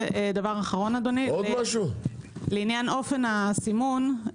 לעניין אופי הסימון,